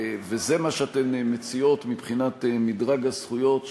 וזה מה שאתן מציעות מבחינת מדרג הזכויות,